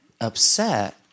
upset